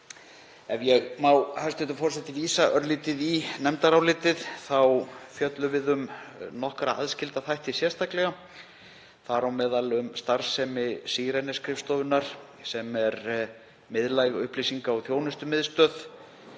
Ef ég má, hæstv. forseti, vísa örlítið í nefndarálitið þá fjöllum við um nokkra aðskilda þætti sérstaklega, þar á meðal um starfsemi SIRENE-skrifstofunnar, sem er miðlæg upplýsinga- og þjónustumiðstöð,